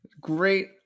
great